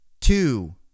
Two